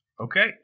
Okay